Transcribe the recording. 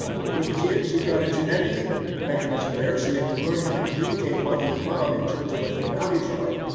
ah with kids, you've got a genetic mechanism there. so you have to learn how to communicate, what you would love in terms of what their values are.